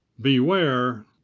Beware